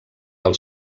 del